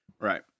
Right